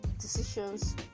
decisions